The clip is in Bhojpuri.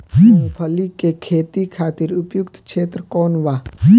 मूँगफली के खेती खातिर उपयुक्त क्षेत्र कौन वा?